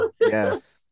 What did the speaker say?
Yes